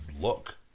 look